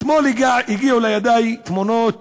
אתמול הגיעו לידי תמונות